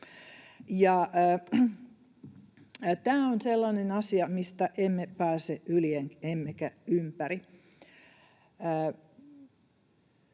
Tämä on sellainen asia, mistä emme pääse yli emmekä ympäri.